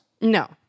No